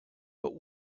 but